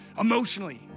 emotionally